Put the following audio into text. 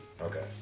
Okay